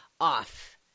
off